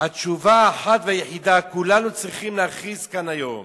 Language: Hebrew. "התשובה האחת והיחידה: כולנו צריכים להכריז כאן היום